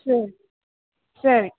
சரி சரி